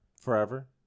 Forever